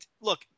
Look